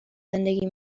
زندگی